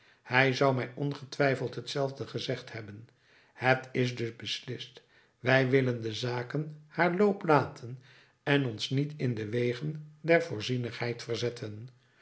hij zou mij ongetwijfeld hetzelfde gezegd hebben het is dus beslist wij willen de zaken haar loop laten en ons niet in de wegen der voorzienigheid verzetten